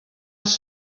els